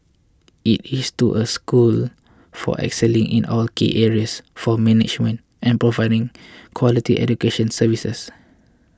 it is to a school for excelling in all key areas for management and providing quality education services